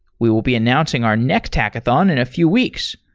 we will be announcing our next hackathon in a few weeks,